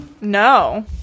No